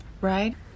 right